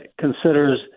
considers